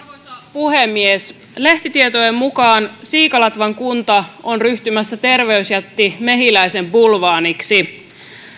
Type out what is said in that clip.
puhemies lehtitietojen mukaan siikalatvan kunta on ryhtymässä terveysjätti mehiläisen bulvaaniksi